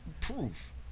Proof